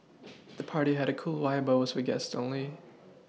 the party had a cool vibe but was for guests only